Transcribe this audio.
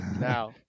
now